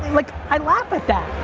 like i laugh at that.